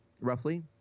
roughly